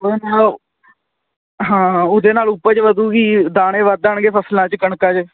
ਉਹਦੇ ਨਾਲ ਹਾਂ ਹਾਂ ਉਹਦੇ ਨਾਲ ਉਪਜ ਵਧੂਗੀ ਦਾਣੇ ਵੱਧ ਆਣਗੇ ਫਸਲਾਂ 'ਚ ਕਣਕਾਂ 'ਚ